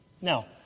Now